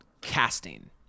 casting